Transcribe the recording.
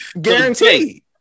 Guaranteed